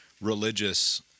religious